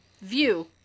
view